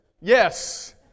Yes